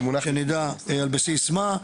זה מונח שנדע על בסיס מה.